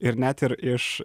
ir net ir iš